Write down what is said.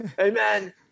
Amen